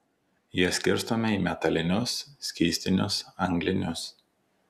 jie skirstomi į metalinius skystinius anglinius